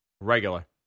Regular